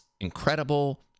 incredible